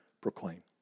proclaim